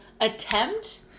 attempt